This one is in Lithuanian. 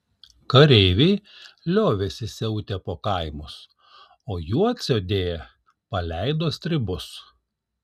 kareiviai liovėsi siautę po kaimus o juodsodėje paleido stribus